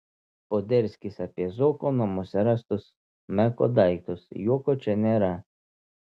poderskis apie zuoko namuose rastus meko daiktus juoko čia nėra